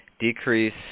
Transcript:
decrease